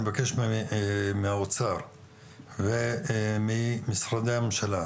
אני מבקש מהאוצר וממשרדי הממשלה